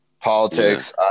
Politics